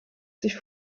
sich